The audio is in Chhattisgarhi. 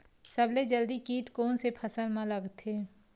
सबले जल्दी कीट कोन से फसल मा लगथे?